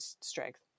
strength